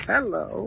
Hello